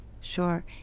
Sure